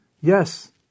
Yes